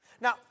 Now